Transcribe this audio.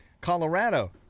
Colorado